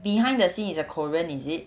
behind the scene is a korean is it